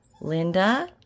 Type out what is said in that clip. Linda